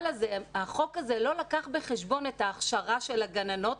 החוק הזה לא לקח בחשבון את ההכשרה של הגננות.